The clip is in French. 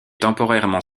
temporairement